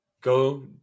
go